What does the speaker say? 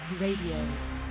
Radio